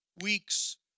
weeks